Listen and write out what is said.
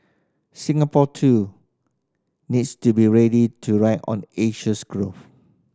Singapore too needs to be ready to ride on Asia's growth